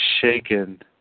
shaken